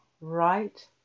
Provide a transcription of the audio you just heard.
right